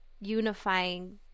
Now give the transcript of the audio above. unifying